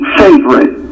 favorite